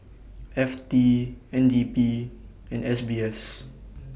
F T N D P and S B S